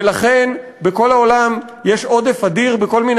ולכן בכל העולם יש עודף אדיר בכל מיני